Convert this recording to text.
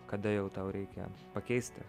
kada jau tau reikia pakeisti